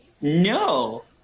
No